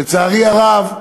לצערי הרב,